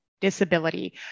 disability